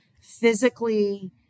physically